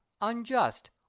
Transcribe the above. unjust